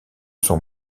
son